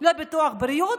לא ביטוח בריאות,